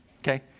okay